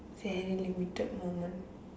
very limited moment